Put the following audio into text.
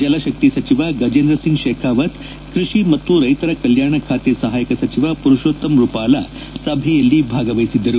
ಜಲಶಕ್ತಿ ಸಚಿವ ಗಜೇಂದ್ರಸಿಂಗ್ ಶೇಖಾವತ್ ಕ್ಷಷಿ ಮತ್ತು ರೈತರ ಕಲ್ಯಾಣ ಖಾತೆ ಸಹಾಯಕ ಸಚಿವ ಮರೋಷತ್ತಮ ರುಪಾಲಾ ಸಭೆಯಲ್ಲಿ ಭಾಗವಹಿಸಿದ್ದರು